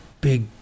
big